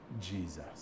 Jesus